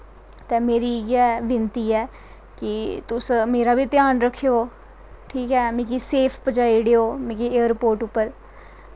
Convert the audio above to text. ते मेरी इयै विनती ऐ कि तुस मेरा बी ध्यान रक्खेओ ठीक ऐ मिगी सेफ पज़ाई ओड़ेओ एयरपोट उप्पर